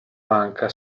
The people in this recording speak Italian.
banca